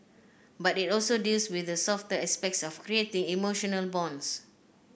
but it also deals with the softer aspects of creating emotional bonds